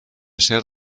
ser